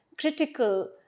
critical